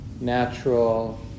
natural